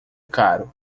caro